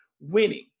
winning